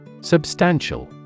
Substantial